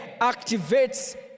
activates